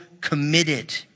committed